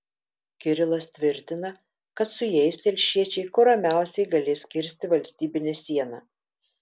kirilas tvirtina kad su jais telšiečiai kuo ramiausiai galės kirsti valstybinę sieną